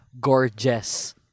Gorgeous